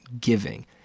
giving